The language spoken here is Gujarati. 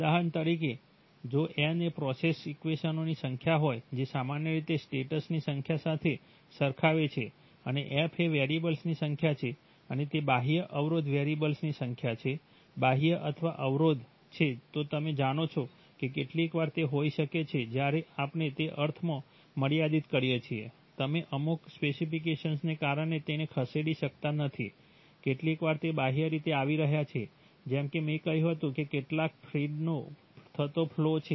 ઉદાહરણ તરીકે જો n એ પ્રોસેસ ઇક્વેશનોની સંખ્યા હોય જે સામાન્ય રીતે સ્ટેટ્સની સંખ્યા સાથે સરખાવે છે અને f એ વેરિયેબલ્સની સંખ્યા છે અને તે બાહ્ય અવરોધ વેરિયેબલ્સની સંખ્યા છે બાહ્ય અથવા અવરોધ છે તો તમે જાણો છો કેટલીકવાર તે હોઈ શકે છે જ્યારે આપણે એ અર્થમાં મર્યાદિત કરીએ છીએ તમે અમુક સ્પેસિફિકેશન્સ ને કારણે તેમને ખસેડી શકતા નથી કેટલીકવાર તે બાહ્ય રીતે આવી રહ્યા છે જેમ કે મેં કહ્યું હતું કે કેટલાક ફીડનો થોડો ફ્લૉ છે